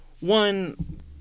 one